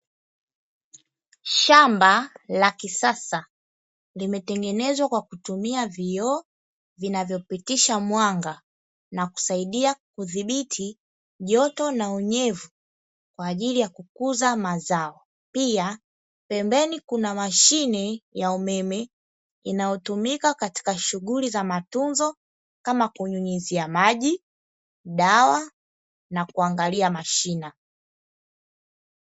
Shamba la kisasa limetengenezwa kwa kutumia vioo vinavyopitisha mwanga na kusaidia kudhibiti joto na nyevu kwa ajili ya kukuza mazao, pia pembeni kuna mashine ya umeme inayotumika katika shughuli za matunzo kama kunyunyizia maji, dawa na kuangalia mashina.